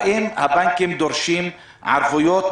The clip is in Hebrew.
האם הבנקים דורשים ערבויות,